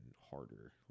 harder